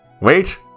Wait